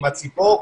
עם הציפור,